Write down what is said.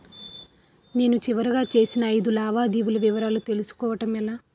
నేను చివరిగా చేసిన ఐదు లావాదేవీల వివరాలు తెలుసుకోవటం ఎలా?